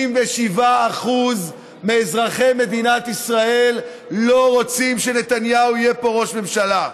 57% מאזרחי מדינת ישראל לא רוצים שנתניהו יהיה פה ראש ממשלה.